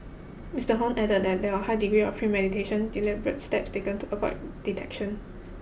Mister Hon added that there are high degree of premeditation deliberate steps taken to avoid detection